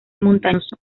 montañoso